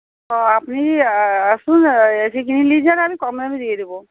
আপনি আসুন এসে কিনে নিয়ে যান আমি কম দামে দিয়ে দেব